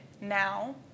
now